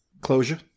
closure